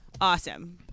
awesome